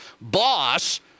boss